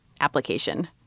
application